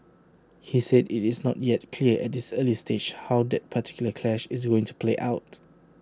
he said IT is not yet clear at this early stage how that particular clash is going to play out